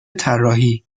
طراحی